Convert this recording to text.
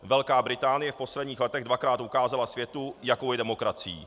Velká Británie v posledních letech dvakrát ukázala světu, jakou je demokracií.